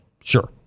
sure